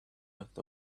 earth